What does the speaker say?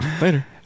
Later